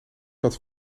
wat